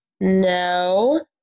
No